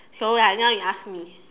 so like now you ask me